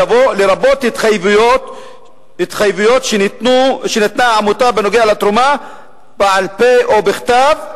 יבוא: 'לרבות התחייבויות שנתנה העמותה בנוגע לתרומה בעל-פה או בכתב,